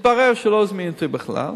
התברר שלא הזמינו אותי בכלל,